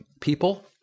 people